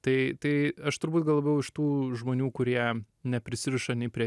tai tai aš turbūt gal labiau iš tų žmonių kurie neprisiriša nei prie